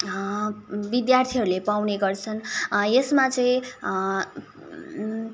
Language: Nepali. विद्यार्थीहरूले पाउने गर्छन् यसमा चाहिँ